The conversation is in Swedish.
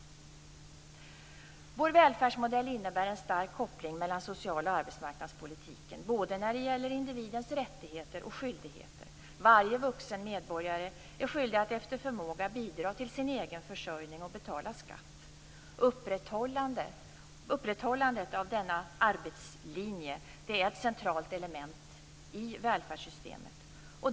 Vår välfärdsmodell innebär en stark koppling mellan social och arbetsmarknadspolitik när det gäller både individens rättigheter och skyldigheter. Varje vuxen medborgare är skyldig att efter förmåga bidra till sin egen försörjning och betala skatt. Upprätthållandet av denna arbetslinje är ett centralt element i välfärdssystemet.